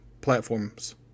platforms